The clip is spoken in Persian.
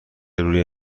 روی